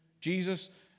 Jesus